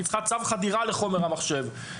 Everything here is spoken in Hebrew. היא צריכה צו חדירה לחומר המחשב.